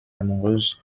amoureuse